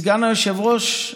סגן היושב-ראש,